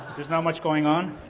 there's not much going on.